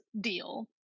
deal